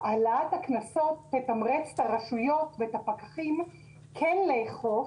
העלאת הקנסות תתמרץ את הרשויות ואת הפקחים כן לאכוף